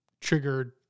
triggered